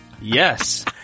yes